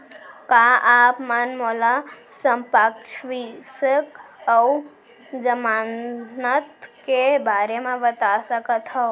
का आप मन मोला संपार्श्र्विक अऊ जमानत के बारे म बता सकथव?